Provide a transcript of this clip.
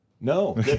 No